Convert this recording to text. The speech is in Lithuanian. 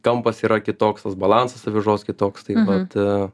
kampas yra kitoks tas balansas avižos kitoks tai vat